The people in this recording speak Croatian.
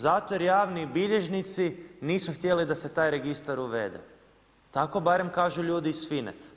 Zato jer javni bilježnici nisu htjeli da se taj registar uvede, tako barem kažu ljudi iz FINA-e.